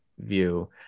view